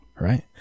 Right